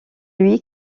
lui